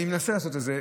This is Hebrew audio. אני מנסה לעשות את זה.